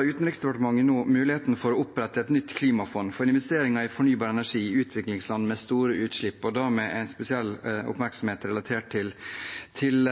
Utenriksdepartementet nå muligheten for å opprette et nytt klimafond for investeringer i fornybar energi i utviklingsland med store utslipp, og da med en spesiell oppmerksomhet relatert til